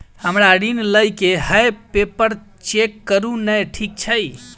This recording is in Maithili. हमरा ऋण लई केँ हय पेपर चेक करू नै ठीक छई?